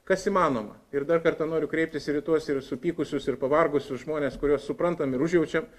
kas įmanoma ir dar kartą noriu kreiptis ir į tuos ir supykusius ir pavargusius žmones kuriuos suprantam ir užjaučiam